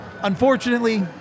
Unfortunately